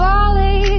Bali